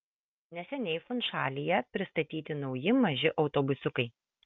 neseniai funšalyje pristatyti nauji maži autobusiukai